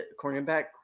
cornerback